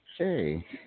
Okay